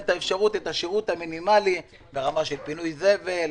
את השירות המינימאלי ברמה של פינוי זבל,